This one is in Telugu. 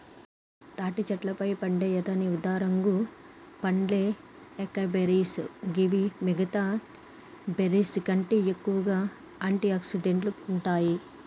తాటి చెట్లపై పండే ఎర్రని ఊదారంగు పండ్లే ఏకైబెర్రీస్ గివి మిగితా బెర్రీస్కంటే ఎక్కువగా ఆంటి ఆక్సిడెంట్లు ఉంటాయి